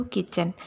Kitchen